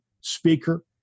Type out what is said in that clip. speaker